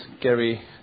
Gary